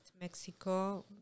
Mexico